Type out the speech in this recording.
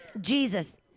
Jesus